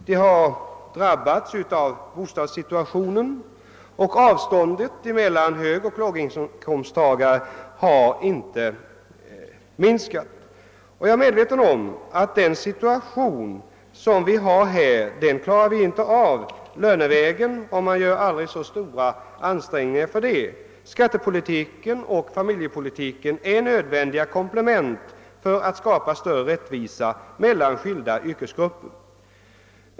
De har drabbats av bostadssituationen, och avståndet mellan högoch låginkomsttagare har inte krympt. Jag är medveten om att vi lönevägen inte klarar av den situation som föreligger, om man än gör aldrig så stora ansträngningar. Skattepolititiken och familjepolitiken är nödvändiga komplement för att skapa större rättvisa mellan skilda yrkesgrupper.